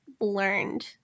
learned